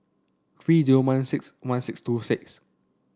three zero one six one six two six